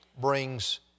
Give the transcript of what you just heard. brings